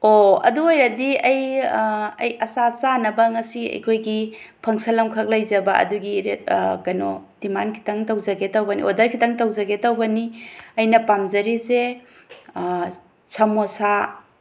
ꯑꯣ ꯑꯗꯨ ꯑꯣꯏꯔꯗꯤ ꯑꯩ ꯑꯩ ꯑꯆꯥ ꯆꯥꯅꯕ ꯉꯁꯤ ꯑꯩꯈꯣꯏꯒꯤ ꯐꯪꯁꯟ ꯑꯃꯈꯛ ꯂꯩꯖꯕ ꯑꯗꯨꯒꯤ ꯀꯩꯅꯣ ꯗꯤꯃꯥꯟ ꯈꯤꯇꯪ ꯇꯧꯖꯒꯦ ꯇꯧꯕꯅꯦ ꯑꯣꯗꯔ ꯈꯤꯇꯪ ꯇꯧꯖꯒꯦ ꯇꯧꯕꯅꯤ ꯑꯩꯅ ꯄꯥꯝꯖꯔꯤꯁꯦ ꯁꯃꯣꯁꯥ